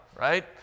right